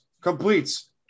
Completes